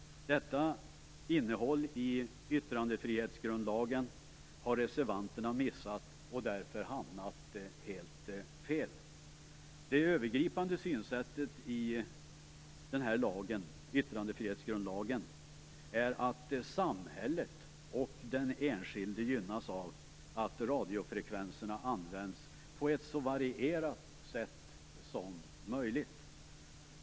Detta innehåll i yttrandefrihetsgrundlagen har reservanterna missat och därför hamnat helt fel. Det övergripande synsättet bakom yttrandefrihetsgrundlagen är att samhället och den enskilde gynnas av att radiofrekvenserna används på ett så varierat sätt som möjligt.